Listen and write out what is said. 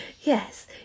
Yes